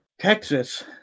Texas